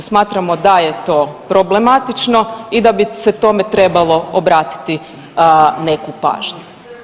Smatramo da je to problematično i da bi se tome trebalo obratiti neku pažnju.